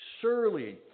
Surely